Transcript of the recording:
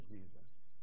Jesus